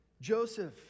Joseph